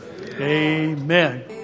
Amen